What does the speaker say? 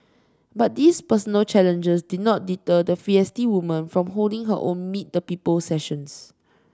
but these personal challenges did not deter the feisty woman from holding her own meet the people sessions